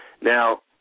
Now